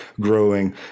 growing